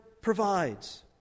provides